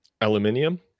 Aluminium